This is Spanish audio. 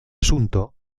asunto